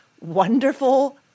wonderful